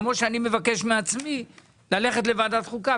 כמו שאני מבקש מעצמי ללכת לוועדת חוקה,